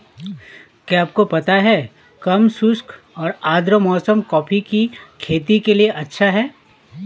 क्या आपको पता है कम शुष्क और आद्र मौसम कॉफ़ी की खेती के लिए अच्छा है?